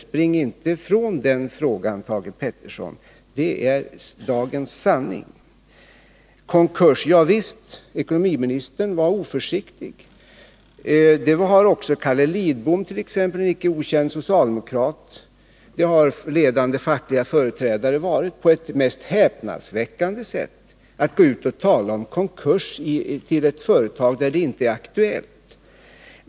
Spring inte ifrån den frågan, Thage Peterson! Detta är dagens sanning. Beträffande talet om konkurs: Javisst, ekonomiministern var oförsiktig. Det var också t.ex. Carl Lidbom, en icke okänd socialdemokrat. Och ledande fackliga företrädare har också varit det, på det mest häpnadsväck ande sätt, genom att gå ut och tala om konkurs i ett företag där det inte är aktuellt.